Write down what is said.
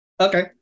Okay